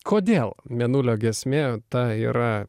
kodėl mėnulio giesmė ta yra